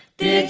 the